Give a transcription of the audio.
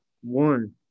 one